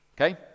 Okay